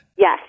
Yes